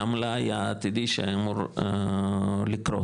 מהמלאי העתידי שאמור לקרות.